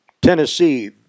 Tennessee